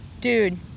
dude